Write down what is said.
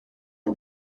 yng